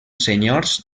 senyors